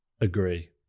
agree